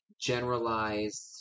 generalized